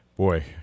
Boy